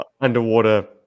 underwater